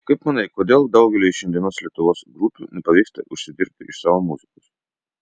kaip manai kodėl daugeliui šiandienos lietuvos grupių nepavyksta užsidirbti iš savo muzikos